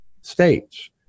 states